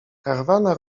karawana